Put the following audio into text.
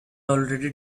already